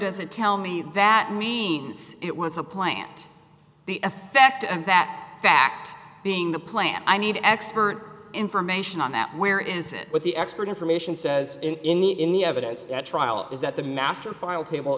does it tell me that means it was a plant the effect of that fact being the plan i need an expert information on that where is it with the expert information says in the in the evidence at trial is that the master file table